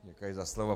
Děkuji za slovo.